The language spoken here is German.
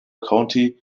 county